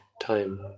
time